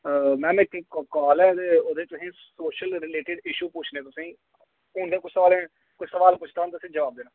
ma'am इक्क call ऐ ते ओह्दे च तुसें सोशल रिलेटेड इश्यू पुच्छने तुसेंई हू'न गै किश सोआल पुच्छना तुसेंगी जवाब देना